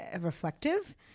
reflective